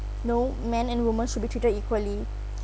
know men and women should be treated equally